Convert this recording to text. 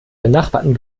benachbarten